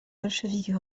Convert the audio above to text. bolcheviks